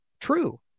true